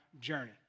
journey